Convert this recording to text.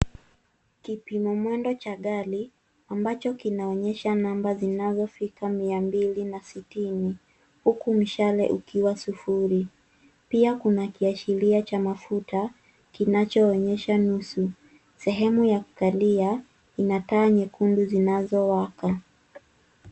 Kipimo mwendo cha gari amcho kinaonyesh namba zinazofika mia mbili na sitini huku mishale ukiwa sufuri. Pia kuna kiashiria cha mafuta kinachoonyesha nusu. Sehemu ya kukalia inataa nyekundu zinazowaka.